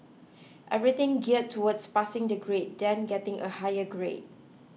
everything gear towards passing the grade then getting a higher grade